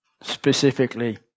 specifically